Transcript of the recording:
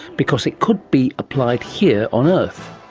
because it could be applied here on earth,